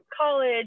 college